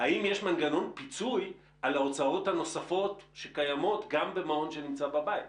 האם יש מנגנון פיצוי על ההוצאות הנוספות שקיימות גם במעון שנמצא בבית?